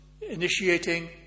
initiating